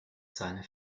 seine